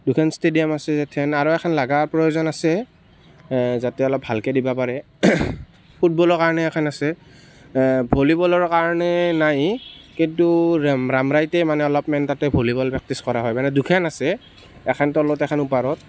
দুখন ষ্টেডিয়াম আছে আৰু এখন লগাৰ প্ৰয়োজন আছে যাতে অলপ ভালকৈ দিব পাৰে ফুটবলৰ কাৰণে এখন আছে ভলীবলৰ কাৰণে নাই কিন্তু ৰামৰায়তে মানে অলপমান তাতে ভলীবল প্ৰেকটিছ কৰা হয় মানে দুখন আছে এখন তলত এখন ওপৰত